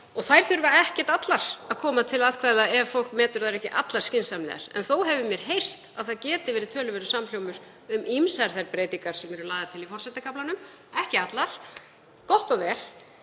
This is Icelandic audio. og þær þurfa ekki allar að koma til atkvæða ef fólk metur þær ekki allar skynsamlegar. En þó hefur mér heyrst að það geti verið töluverður samhljómur um ýmsar þær breytingar sem eru lagðar til í forsetakaflanum, ekki allar, gott og vel.